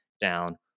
down